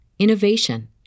innovation